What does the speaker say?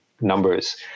numbers